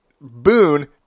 Boone